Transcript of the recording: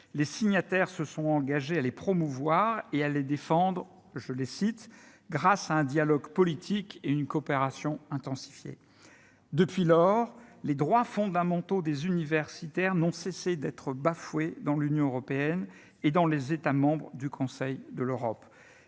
les signataires se sont engagés à les promouvoir et à les défendre, je les cite, grâce à un dialogue politique et une coopération intensifiée depuis lors les droits fondamentaux des universitaires n'ont cessé d'être bafoué dans l'Union européenne et dans les États membres du Conseil de l'Europe,